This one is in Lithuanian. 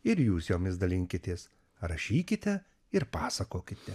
ir jūs jomis dalinkitės rašykite ir pasakokite